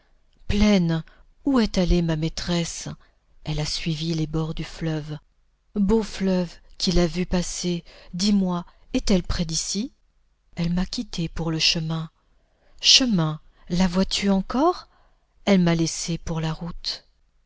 où est allée ma maîtresse elle a suivi les bords du fleuve beau fleuve qui l'a vue passer dis-moi est-elle près d'ici elle m'a quitté pour le chemin chemin la vois-tu encore elle m'a laissé pour la route